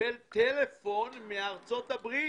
- טלפון מארצות הברית